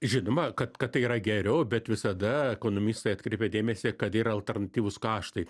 žinoma kad kad tai yra geriau bet visada ekonomistai atkreipia dėmesį kad yra alternatyvūs kaštai